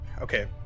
Okay